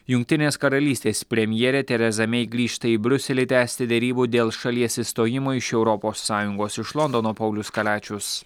jungtinės karalystės premjerė tereza mei grįžta į briuselį tęsti derybų dėl šalies išstojimo iš europos sąjungos iš londono paulius kaliačius